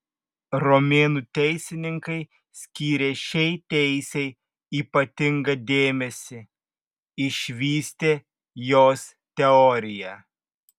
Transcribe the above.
romėnų teisininkai skyrė šiai teisei ypatingą dėmesį išvystė jos teoriją